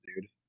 dude